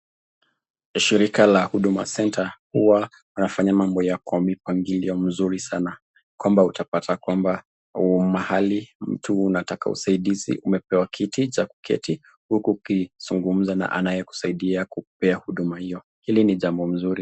Shirika la huduma (cs)centre(cs) huwa wanafanya mambo yao kwa mipangilio mzuri sana, kwamba utapata kwamba, mahali mtu unataka usaidizi umepewa kiti cha kuketi huku ukizungumza na anayekusaidia kukupea huduma hiyo. Hili ni jambo mzuri.